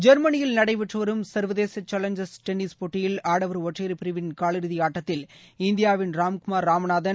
ஜெர்மனியில் நடைபெற்றுவரும் சர்வதேசசேலஞ்சர்ஸ் டென்னிஸ் போட்டியில் ஆடவர் ஒற்றையர் பிரிவின் காலிறுதிஆட்டத்தில் இந்தியாவின் ராம்குமார் ராமநாதன்